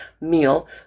meal